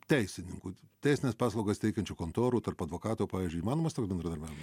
teisininkų teisines paslaugas teikiančių kontorų tarp advokatų pavyzdžiui įmanomas toks bendradarbiavima